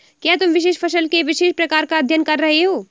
क्या तुम विशेष फसल के विशेष प्रकार का अध्ययन कर रहे हो?